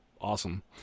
awesome